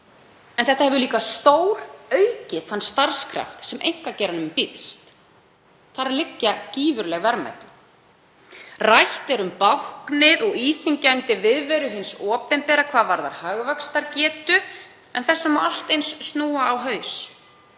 en það hefur líka stóraukið þann starfskraft sem einkageiranum býðst. Þar liggja gífurleg verðmæti. Rætt er um báknið og íþyngjandi viðveru hins opinbera hvað varðar hagvaxtargetu en þessu má allt eins snúa á haus.